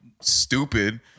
stupid